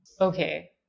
Okay